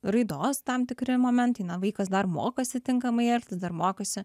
raidos tam tikri momentai na vaikas dar mokosi tinkamai elgtis dar mokosi